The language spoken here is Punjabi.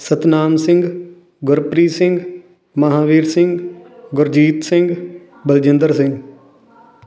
ਸਤਨਾਮ ਸਿੰਘ ਗੁਰਪ੍ਰੀਤ ਸਿੰਘ ਮਹਾਂਵੀਰ ਸਿੰਘ ਗੁਰਜੀਤ ਸਿੰਘ ਬਲਜਿੰਦਰ ਸਿੰਘ